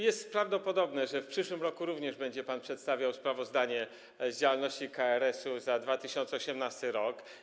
Jest prawdopodobne, że w przyszłym roku również będzie pan przedstawiał sprawozdanie z działalności KRS-u za 2018 r.